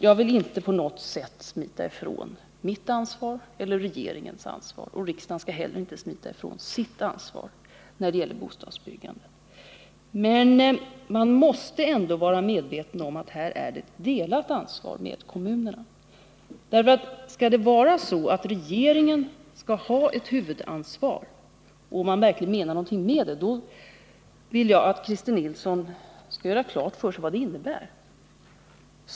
Jag vill inte på något sätt smita ifrån mitt eller regeringens ansvar, och riksdagen skall inte heller smita ifrån sitt ansvar när det gäller bostadsbyggandet. Vi måste emellertid vara medvetna om att detta är ett ansvar som vi delar med kommunerna. Om regeringen skall ha ett huvudansvar — och man verkligen menar något med det — vill jag att Christer Nilsson skall göra klart för sig vad det innebär.